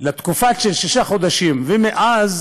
לתקופה של שישה חודשים, ומאז